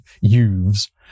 youths